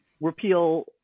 repeal